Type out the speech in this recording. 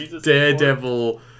daredevil